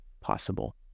possible